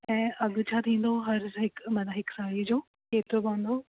ऐं अघु छा थींदो हर हिकु मतिलबु हिकु साड़ी जो केतिरो पवंदो